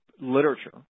literature